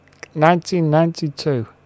1992